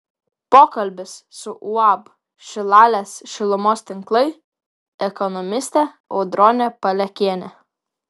pokalbis su uab šilalės šilumos tinklai ekonomiste audrone palekiene